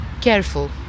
careful